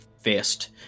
fist